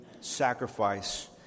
sacrifice